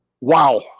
Wow